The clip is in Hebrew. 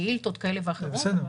שאילתות כאלה ואחרות.